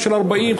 של 40%,